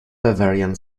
bavarian